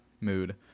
mood